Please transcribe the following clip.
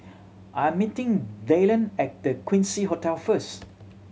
I am meeting Dyllan at The Quincy Hotel first